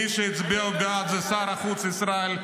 מי שהצביע בעד זה שר החוץ ישראל כץ.